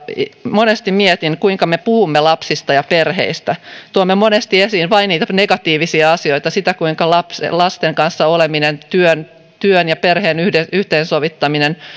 monesti mietin kuinka me puhumme lapsista ja perheistä tuomme monesti esiin vain niitä negatiivisia asioita sitä kuinka lasten kanssa oleminen työn työn ja perheen yhteensovittaminen